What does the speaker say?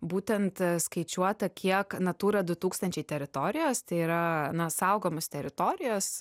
būtent skaičiuota kiek natūra du tūkstančiai teritorijos tai yra na saugomos teritorijos